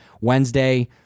Wednesday